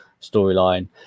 storyline